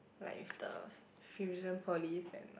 like with the Fusionopolis and